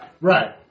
Right